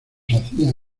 hacían